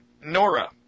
Nora